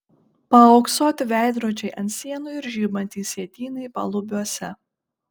paauksuoti veidrodžiai ant sienų ir žibantys sietynai palubiuose